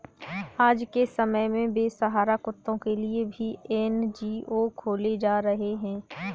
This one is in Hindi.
आज के समय में बेसहारा कुत्तों के लिए भी एन.जी.ओ खोले जा रहे हैं